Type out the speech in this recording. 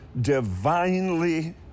divinely